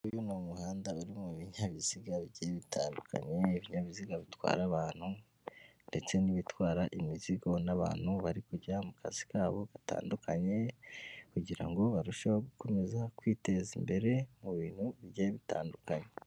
Uyu ni umuhanda urimo ibinyabiziga bigiye bitandukanye, ibinyabiziga bitwara abantu ndetse n'ibitwara imizigo n'abantu bari kujya mu kazi kabo gatandukanye kugira ngo barusheho gukomeza kwiteza imbere mu bintu bigiye bitandukanye.